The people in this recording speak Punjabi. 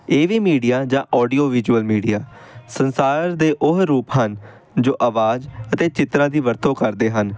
ਇਹ ਵੀ ਮੀਡੀਆ ਜਾਂ ਆਡੀਓ ਵਿਜ਼ੂਅਲ ਮੀਡੀਆ ਸੰਸਾਰ ਦੇ ਉਹ ਰੂਪ ਹਨ ਜੋ ਅਵਾਜ਼ ਅਤੇ ਚਿੱਤਰਾਂ ਦੀ ਵਰਤੋਂ ਕਰਦੇ ਹਨ